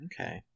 Okay